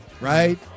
right